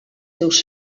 seus